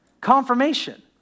Confirmation